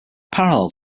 parallel